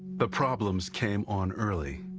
the problems came on early.